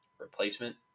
replacement